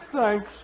Thanks